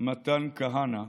מתן כהנא.